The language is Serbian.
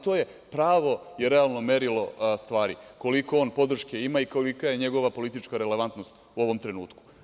To je pravo i realno merilo stvari koliko on podrške ima i kolika je njegova politička relevantnost u ovom trenutku.